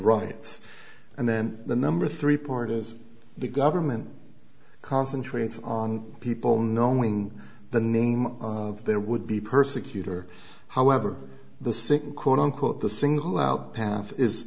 riots and then the number three part is the government concentrates on people knowing the name of their would be persecutor however the second quote unquote the single out path is